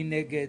מי נגד?